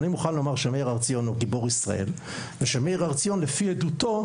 אני מוכן לומר שמאיר הר ציון הוא גיבור ישראל ושמאיר הר ציון לפי עדותו,